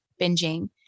binging